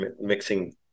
mixing